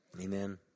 Amen